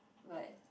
what